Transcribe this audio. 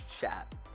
chat